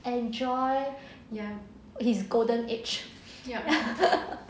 enjoy ya his golden age